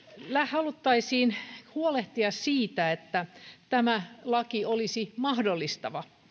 haluttaisiin huolehtia siitä että tämä laki olisi mahdollistava